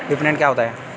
विपणन क्या होता है?